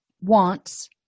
wants